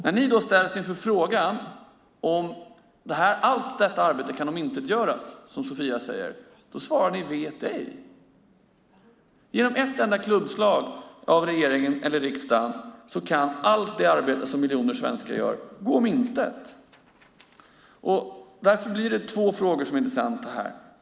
När ni ställs inför frågan om att allt detta arbete kan omintetgöras svarar ni: Vet ej. Genom ett enda klubbslag av regering eller riksdag kan allt det arbete som miljoner svenskar gör gå om intet. Därför blir två frågeställningar intressanta.